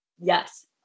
Yes